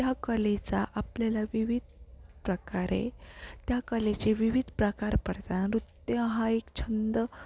त्या कलेचा आपल्याला विविध प्रकारे त्या कलेचे विविध प्रकार पडता नृत्य हा एक छंद